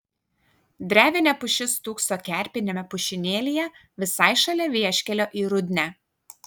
drevinė pušis stūkso kerpiniame pušynėlyje visai šalia vieškelio į rudnią